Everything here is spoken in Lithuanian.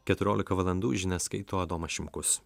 keturiolika valandų žinias skaito adomas šimkus